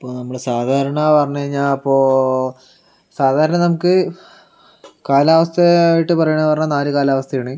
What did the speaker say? ഇപ്പോൾ നമ്മൾ സാധാരണ പറഞ്ഞു കഴിഞ്ഞാൽ അപ്പോൾ സാധാരണ നമുക്ക് കാലാവസ്ഥ ആയിട്ട് പറയണം എന്ന് പറഞ്ഞാൽ നാല് കാലാവസ്ഥയാണ്